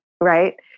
right